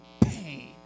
pain